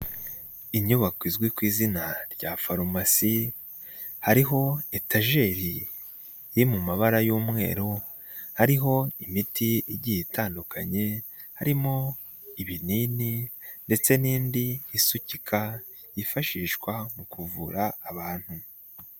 Inyubako izwi ku izina rya farumasi hariho etajeri iri mu mabara y'umweru hariho imiti igiye itandukanye harimo ibinini ndetse n'indi isukika yifashishwa mu kuvura abantu.